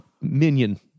minion